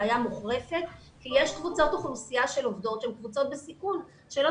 בעיה מוחרפת כי יש קבוצות אוכלוסייה של עובדות שהן קבוצות בסיכון ולא